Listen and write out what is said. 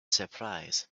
surprise